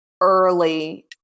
early